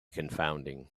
confounding